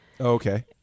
Okay